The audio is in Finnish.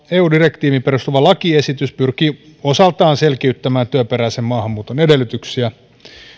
eu direktiiviin perustuva lakiesitys pyrkii osaltaan selkiyttämään työperäisen maahanmuuton edellytyksiä